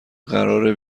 قراره